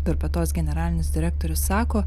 durpetos generalinis direktorius sako